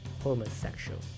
homosexual